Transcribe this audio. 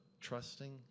trusting